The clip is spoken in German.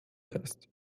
fest